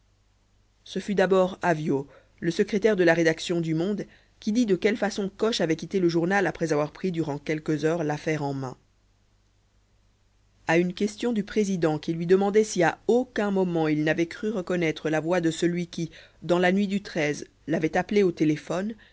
ce fut d'abord avyot le secrétaire de la rédaction du monde qui dit de quelle façon coche avait quitté le journal après avoir pris durant quelques heures l'affaire en mains à une question du président qui lui demandait si à aucun moment il n'avait cru reconnaître la voix de celui qui dans la nuit du l'avait appelé au téléphone